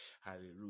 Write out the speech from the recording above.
Hallelujah